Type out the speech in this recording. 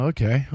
Okay